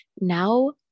now